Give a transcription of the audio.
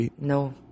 No